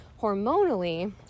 hormonally